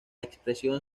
expresión